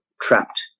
trapped